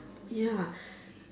ya